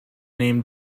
named